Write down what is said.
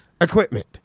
equipment